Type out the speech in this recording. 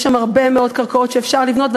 יש שם הרבה מאוד קרקעות שאפשר לבנות עליהן,